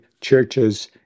churches